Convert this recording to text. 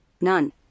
none